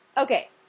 Okay